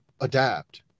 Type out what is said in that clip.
adapt